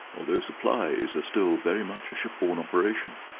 although supplies are still very much a ship-borne operation.